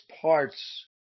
parts